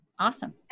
Awesome